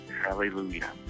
Hallelujah